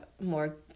more